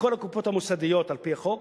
לכל הקופות המוסדיות על-פי החוק,